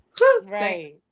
Right